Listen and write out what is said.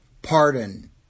pardon